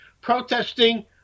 protesting